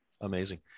Amazing